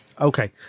okay